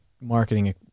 marketing